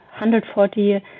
140